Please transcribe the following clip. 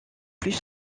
plus